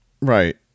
Right